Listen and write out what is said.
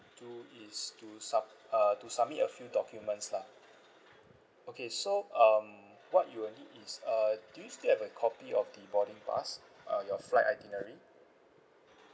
do is to sub~ uh to submit a few documents lah okay so um what you will need is err do you still have a copy of the boarding pass uh your flight itinerary